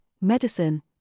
medicine